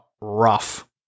rough